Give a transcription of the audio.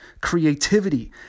creativity